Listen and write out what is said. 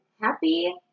Happy